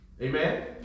Amen